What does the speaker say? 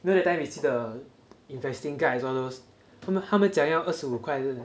you know that time you see the investing guides all those 他们讲要二十五块还是